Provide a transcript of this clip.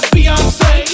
Beyonce